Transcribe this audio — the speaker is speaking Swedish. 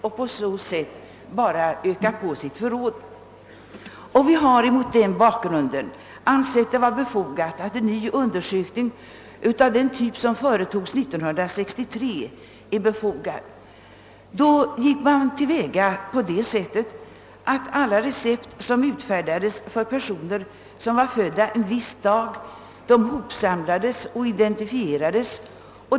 :och på denna väg öka på sitt förråd. Vi har mot denna bakgrund ansett det vara befogat med en ny undersökning av den typ som företogs 1963. Då gick man till väga på det sättet att alla recept som utfärdats för personer födda på en viss dag hopsamlades och identifierades.